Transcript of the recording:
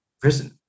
prison